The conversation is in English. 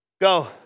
Go